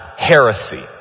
heresy